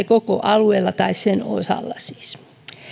koko alueella tai sen osalla